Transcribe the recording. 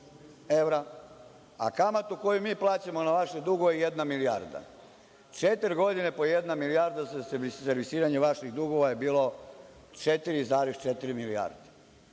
a kamatu koju mi plaćamo na vaše dugove je jednu milijardu. Četiri godine po jedna milijarda za servisiranje vaših dugova je bilo 4,4 milijarde.